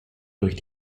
durch